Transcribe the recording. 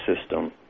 system